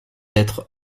être